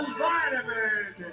vitamin